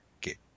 get